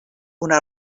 una